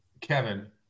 Kevin